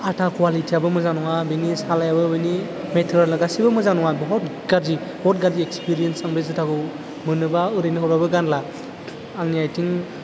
आटा क्वालिटियाबो मोजां नङा बेनि सालायाबो बेनि मेटेरेला गासिबो मोजां नङा बहत गारजि बहत गाज्रि एक्सपीरियेन्स आं बे जुथाखौ मोनोबा ओरैनो हरबाबो गानला आंनि आइथिं